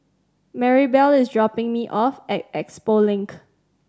Maribel is dropping me off at Expo Link